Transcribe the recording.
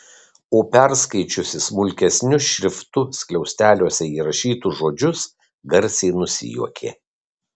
o perskaičiusi smulkesniu šriftu skliausteliuose įrašytus žodžius garsiai nusijuokė